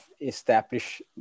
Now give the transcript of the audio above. establish